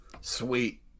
sweet